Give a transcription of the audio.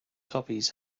copies